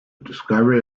discovery